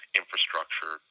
infrastructure